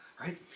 right